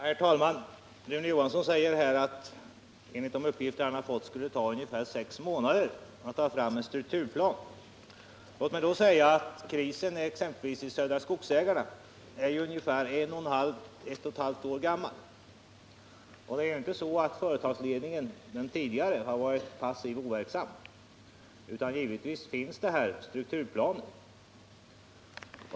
Herr talman! Rune Johansson i Ljungby säger här att enligt de uppgifter som han fått skulle det ta ungefär sex månader att ta fram en strukturplan. Låt mig då säga att krisen hos exempelvis Södra Skogsägarna är ungefär ett och ett halvt år gammal. Det är inte så att den tidigare företagsledningen varit passiv och overksam. Givetvis finns här strukturplaner.